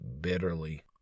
bitterly